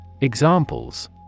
Examples